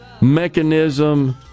mechanism